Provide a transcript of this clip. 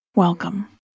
Welcome